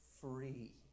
free